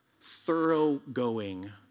thoroughgoing